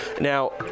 Now